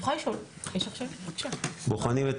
בוחנים את